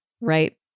right